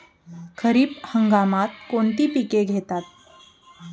खरीप हंगामात कोणती पिके घेतात?